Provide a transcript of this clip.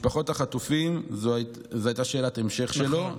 על משפחות החטופים הייתה שאלת ההמשך שלו,